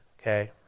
Okay